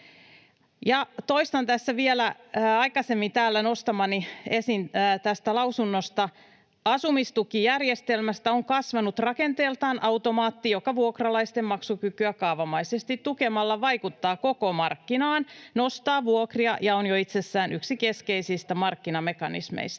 täällä esiin nostamani tästä lausunnosta: ”Asumistukijärjestelmästä on kasvanut rakenteeltaan automaatti, joka vuokralaisten maksukykyä kaavamaisesti tukemalla vaikuttaa koko markkinaan, nostaa vuokria ja on jo itsessään yksi keskeisistä markkinamekanismeista.